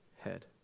head